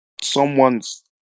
someone's